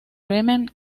bremen